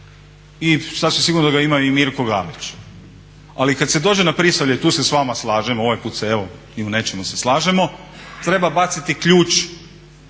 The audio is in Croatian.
I sasvim sigurno da ga ima i Mirko Galić. Ali kad se dođe na Prisavlje tu se sa vama slažem, ovaj put se evo i u nečemu se slažemo treba baciti ključ